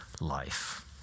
life